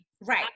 right